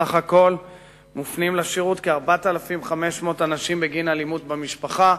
בסך הכול מופנים לשירות כ-4,500 אנשים בגין אלימות במשפחה.